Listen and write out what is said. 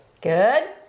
Good